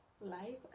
life